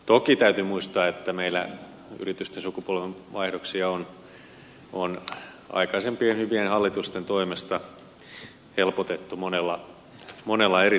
toki täytyy muistaa että meillä yritysten sukupolvenvaihdoksia on aikaisempien hyvien hallitusten toimesta helpotettu monella eri tavalla